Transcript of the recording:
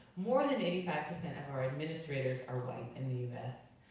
more than eighty five percent of our administrators are white in the us.